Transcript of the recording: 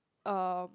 um